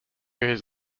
his